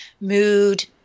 mood